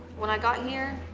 when i got here,